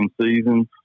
seasons